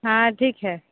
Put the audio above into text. हाँ ठीक है